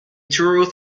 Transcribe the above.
truth